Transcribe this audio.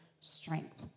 strength